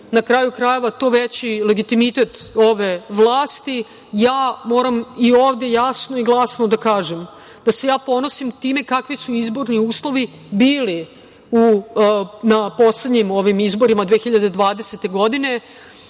na kraju krajeva, to veći legitimitet ove vlasti. Moram i ovde jasno i glasno da kažem da se ja ponosim time kakvi su izborni uslovi bili na ovim poslednjim izborima 2020. godine